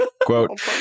Quote